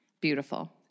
Beautiful